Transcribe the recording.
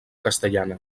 castellana